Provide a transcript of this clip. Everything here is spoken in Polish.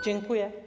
Dziękuję.